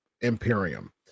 Imperium